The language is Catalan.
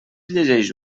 llegeix